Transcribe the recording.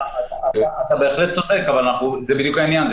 אתה בהחלט צודק אבל זה בדיוק העניין,